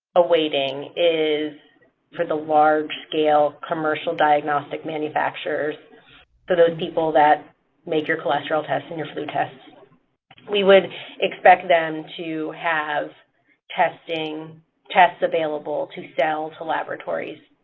awaiting is for the large-scale commercial diagnostic manufacturers, for those people that make your cholesterol tests and your flu tests we would expect them to have testing tests available to sell to laboratories